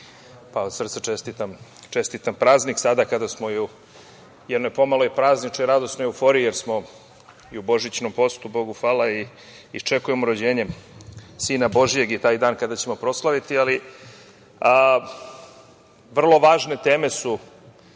pa od srca čestitam praznik sada kado smo u jednoj pomalo prazničnoj i radosnoj euforiji, jer smo i u božićnom postu, Bogu hvala, i iščekujemo rođenje sina božijeg i taj dan kada ćemo proslaviti, ali vrlo važne teme su